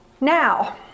Now